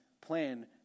plan